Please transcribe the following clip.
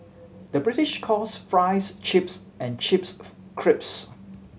the British calls fries chips and chips crisps